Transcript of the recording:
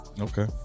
Okay